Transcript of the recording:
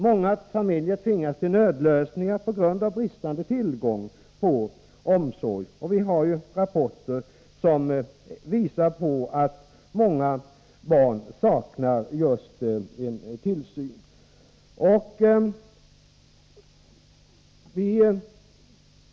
Många familjer tvingas till nödlösningar på grund av bristande tillgång till barnomsorg. Rapporter visar på att många barn saknar tillsyn.